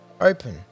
open